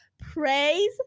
Praise